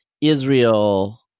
israel